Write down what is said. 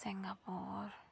Singapore